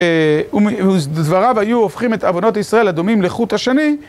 דבריו היו הופכים את עוונות ישראל הדומים לחוט השני